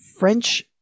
French